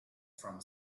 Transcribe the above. from